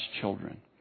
children